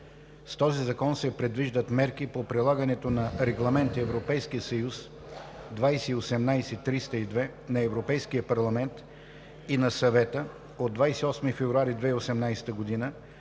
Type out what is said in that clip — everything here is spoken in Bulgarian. С този закон се предвиждат мерки по прилагането на Регламент (ЕС) 2018/302 на Европейския парламент и на Съвета от 28 февруари 2018 г.